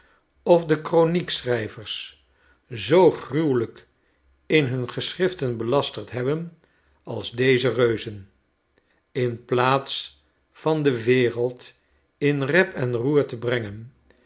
of de koniekschrijvers zoo gruwelijk in hun geschriften belasterd hebben als deze reuzen in plaats van de wereld in rep en roer te brengen